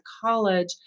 college